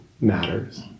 matters